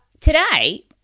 today